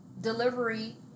delivery